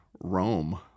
Rome